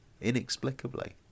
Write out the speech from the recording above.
Inexplicably